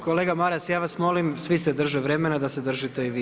Kolega Maras, ja vas molim svi se drže vremena da se držite i vi.